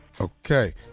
Okay